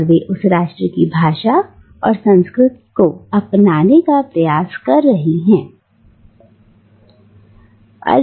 और वे उस राष्ट्र की भाषा और संस्कृति को अपनाने का प्रयास कर रही हैं जहां वे रहती हैं